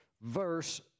verse